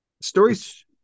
stories